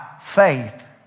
faith